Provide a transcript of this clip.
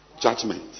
Judgment